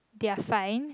they are fine